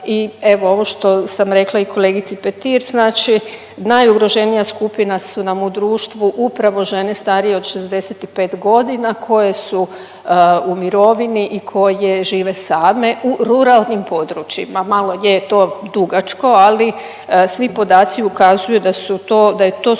i evo ovo što sam rekla i kolegici Petir, znači najugroženija skupina su nam u društvu upravo žene starije od 65.g. koje su u mirovini i koje žive same u ruralnim područjima, malo je to dugačko, ali svi podaci ukazuju da su to, da je